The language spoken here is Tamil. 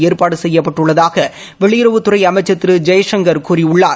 ஏற்பாடு செய்யப்பட்டுள்ளதாக வெளியுறவுததுறை அமைச்சர் திரு ஜெய்சங்கர் கூறியுள்ளார்